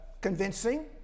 convincing